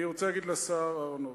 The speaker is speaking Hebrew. אני רוצה להגיד לשר אהרונוביץ,